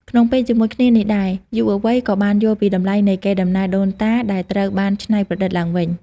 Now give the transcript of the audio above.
ក្នុងពេលជាមួយគ្នានេះដែរ យុវវ័យក៏បានយល់ពីតម្លៃនៃកេរដំណែលដូនតាដែលត្រូវបានច្នៃប្រឌិតឡើងវិញ។